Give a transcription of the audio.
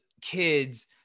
kids